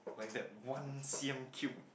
like that one C_M cude